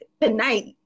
tonight